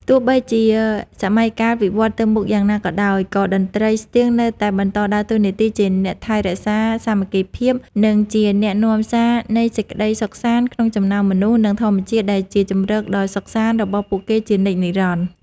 ទោះបីជាសម័យកាលវិវត្តទៅមុខយ៉ាងណាក៏ដោយ ក៏តន្ត្រីស្ទៀងនៅតែបន្តដើរតួនាទីជាអ្នកថែរក្សាសាមគ្គីភាព និងជាអ្នកនាំសារនៃសេចក្តីសុខសាន្ត ក្នុងចំណោមមនុស្ស និងធម្មជាតិដែលជាជម្រកដ៏សុខសាន្តរបស់ពួកគេជានិច្ចនិរន្តរ៍។